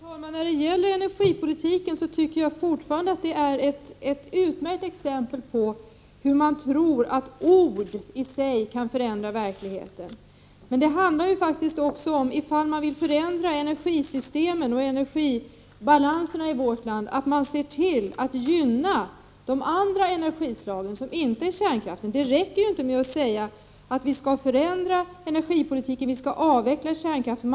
Fru talman! När det gäller energipolitiken tycker jag fortfarande det är ett utmärkt exempel på hur man tror att ord i sig kan förändra verkligheten. Men det handlar också om ifall man vill ändra energisystemen och energibalansen i vårt land, att se till att gynna de andra energislagen som inte är kärnkraft. Det räcker inte med att säga att vi skall förändra energipolitiken och avveckla kärnkraften.